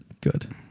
good